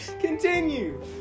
Continue